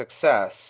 success